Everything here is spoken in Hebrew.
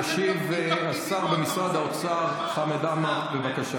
ואתם נותנים לפקידים עוד ועוד סמכויות.